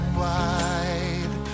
wide